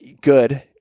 good